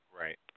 Right